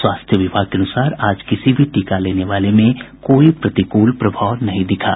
स्वास्थ्य विभाग के अनुसार आज किसी भी टीका लेने वाले में कोई प्रतिकूल प्रभाव नहीं दिखा